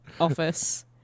office